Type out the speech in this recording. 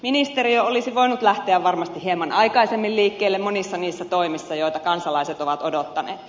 ministeriö olisi voinut lähteä varmasti hieman aikaisemmin liikkeelle monissa niissä toimissa joita kansalaiset ovat odottaneet